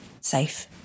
safe